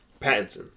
Pattinson